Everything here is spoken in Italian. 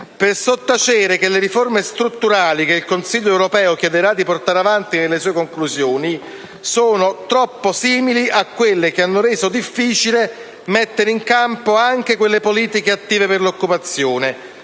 per sottacere che le riforme strutturali che il Consiglio europeo chiederà di portare avanti nelle sue conclusioni sono troppo simili a quelle che hanno reso difficile mettere in campo anche quelle politiche attive per l'occupazione,